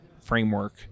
framework